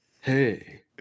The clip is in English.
Hey